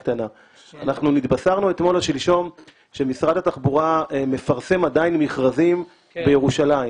התבקשנו אתמול או שלשום שמשרד התחבורה מפרסם עדיין מכרזים בירושלים.